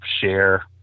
share